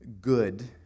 good